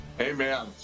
Amen